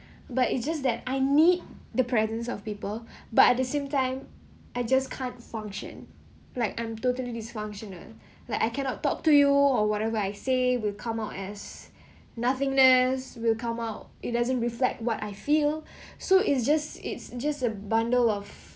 but it's just that I need the presence of people but at the same time I just can't function like I'm totally dysfunctional like I cannot talk to you or whatever I say will come out as nothingness will come out it doesn't reflect what I feel so it's just it's just a bundle of